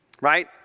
right